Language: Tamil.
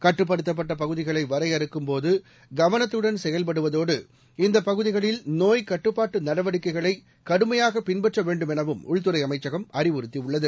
கட்டுப்படுத்தப்பட்ட பகுதிகளை வரையறுக்கும்போது கவனத்துடன் செயல்படுவதோடு இந்தப் பகுதிகளில் நோய்க் கட்டுப்பாட்டு நடவடிக்கைகளை கடுமையாக பின்பற்ற வேண்டுமெனவும் உள்துறை அமைச்சகம் அறிவுறுத்தியுள்ளது